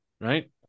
right